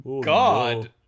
God